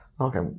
Okay